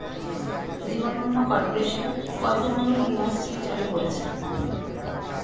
জীবন বীমা কর্পোরেশন কয় ধরনের বীমা স্কিম চালু করেছে?